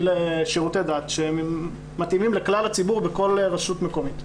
לשירותי דת שהם מתאימים לכלל הציבור בכל רשות מקומית.